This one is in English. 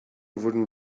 wooden